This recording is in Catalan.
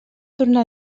tornar